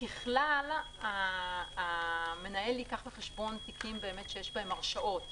ככלל המנהל ייקח בחשבון תיקים שיש בהם הרשעות.